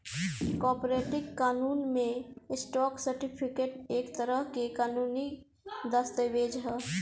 corporate कानून में, stock certificate एक तरह के कानूनी दस्तावेज ह